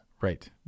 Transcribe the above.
Right